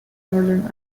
northern